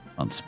on